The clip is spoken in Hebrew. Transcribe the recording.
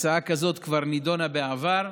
הצעה כזאת כבר נדונה בעבר,